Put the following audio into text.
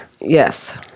Yes